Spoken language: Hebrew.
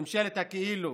ממשלת הכאילו.